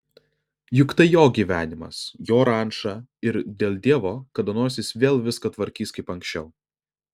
juk tai jo gyvenimas jo ranča ir dėl dievo kada nors jis vėl viską tvarkys kaip anksčiau